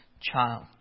child